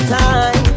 time